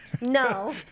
No